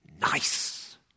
nice